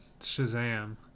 shazam